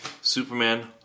Superman